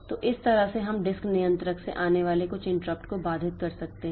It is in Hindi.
तो इस तरह से हम डिस्क नियंत्रक से आने वाले कुछ इंटरप्ट को बाधित कर सकते हैं